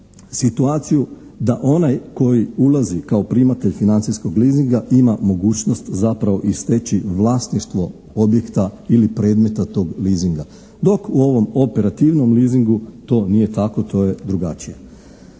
situaciju da onaj koji ulazi kao primatelj financijskog leasinga ima mogućnost zapravo i steći vlasništvo objekta ili predmeta tog leasinga. Dok u ovom operativnom leasingu to nije tako, to je drugačije.